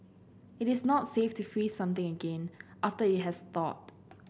it is not safe to freeze something again after it has thawed